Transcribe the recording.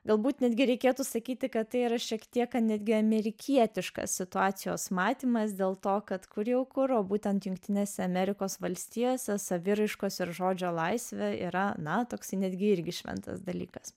galbūt netgi reikėtų sakyti kad tai yra šiek tiek netgi amerikietiškas situacijos matymas dėl to kad kur jau kuro būtent jungtinėse amerikos valstijose saviraiškos ir žodžio laisvė yra na taksi netgi irgi šventas dalykas